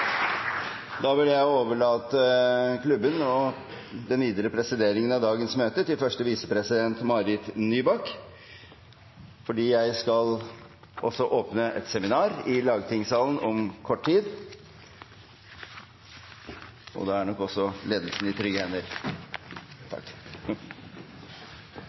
overlate presidentklubben og den videre presideringen av dagens møte til første visepresident Marit Nybakk, fordi jeg skal åpne et seminar i lagtingssalen om kort tid. Da er nok også ledelsen i trygge hender.